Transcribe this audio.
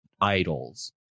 idols